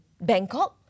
Bangkok